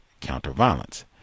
counter-violence